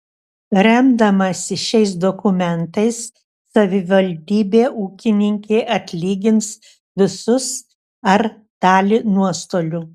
remdamasi šiais dokumentais savivaldybė ūkininkei atlygins visus ar dalį nuostolių